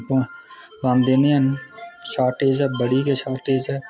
लोक आंदे नीं ऐ शार्टेज ऐ बड़ी शार्टेज ऐ